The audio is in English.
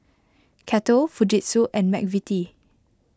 Kettle Fujitsu and Mcvitie's